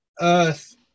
earth